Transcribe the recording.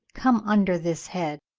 come under this head.